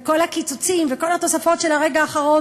וכל הקיצוצים וכל התוספות של הרגע האחרון